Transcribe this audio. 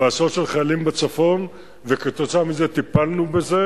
של עשרות חיילים בצפון, וכתוצאה מזה טיפלנו בזה,